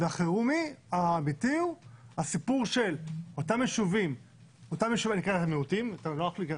החירום האמיתי הוא הסיפור של אותם יישובי מיעוטים נוח לי ככה,